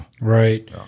Right